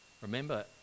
Remember